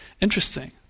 interesting